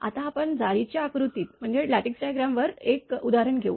आता आपण जाळीच्या आकृती वर एक उदाहरण घेऊ